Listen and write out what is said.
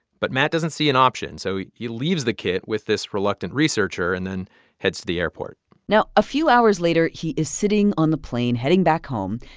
but matt doesn't see an option, so he leaves the kit with this reluctant researcher and then heads to the airport now, a few hours later, he is sitting on the plane, heading back home.